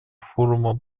форума